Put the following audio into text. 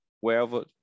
Wherever